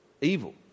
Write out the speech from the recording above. evil